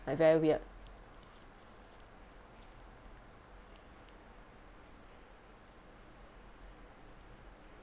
like very weird